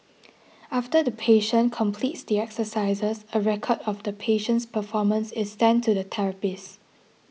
after the patient completes the exercises a record of the patient's performance is sent to the therapist